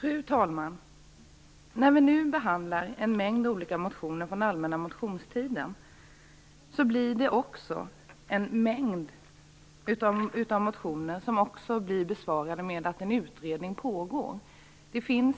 Fru talman! När vi nu behandlar en mängd olika motioner från allmänna motionstiden blir svaret på många av dessa att en utredning pågår. Det finns